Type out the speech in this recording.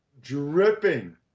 dripping